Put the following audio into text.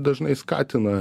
dažnai skatina